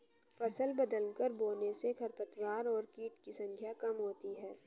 फसल बदलकर बोने से खरपतवार और कीट की संख्या कम होती है